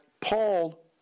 Paul